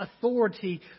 authority